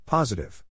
Positive